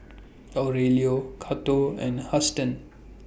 Aurelio Cato and Huston